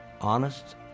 honest